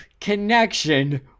connection